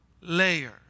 layer